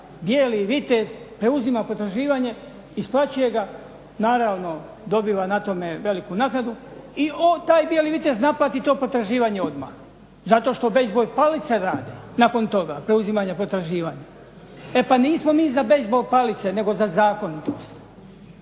bijeli vitez preuzima potraživanja, isplaćuje ga, naravno dobiva na tome veliku naknadu i taj bijeli vitez naplati to potraživanje odmah zato što bejzbol palice rade nakon toga preuzimanja potraživanja. E pa nismo mi za bejzbol palice nego za zakon